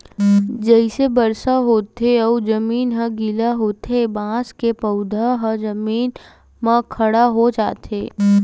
जइसे बरसा होथे अउ जमीन ह गिल्ला होथे बांस के पउधा ह जमीन म खड़ा हो जाथे